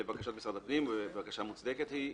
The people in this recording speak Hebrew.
לבקשת משרד הפנים שבקשה מוצדקת היא,